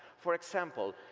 for example,